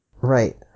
Right